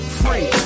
free